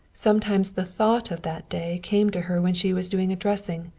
sometimes the thought of that day came to her when she was doing a dressing,